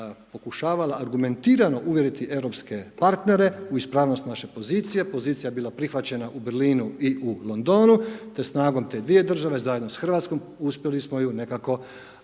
pokušavala argumentirano uvjeriti europske partnere u ispravnost naše pozicije, pozicija je bila prihvaćena u Berlinu i u Londonu te snagom te dvije države zajedno s Hrvatskom uspjeli smo ju nekako